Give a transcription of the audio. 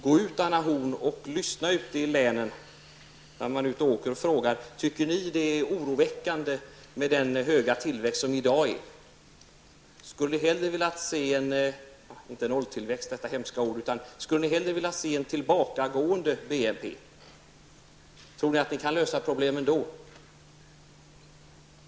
Gå ut, Anna Horn, och lyssna och fråga ute i länen: Tycker ni att det är oroväckande med nuvarande höga tillväxt? Skulle ni hellre velat se en tillbakagående BNP? Tror ni att ni kan lösa problemen då?